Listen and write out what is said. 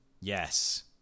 Yes